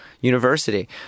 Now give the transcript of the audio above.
university